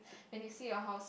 when you see your house